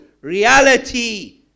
reality